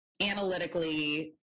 analytically